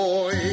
Boy